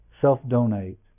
self-donate